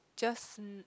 just